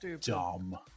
dumb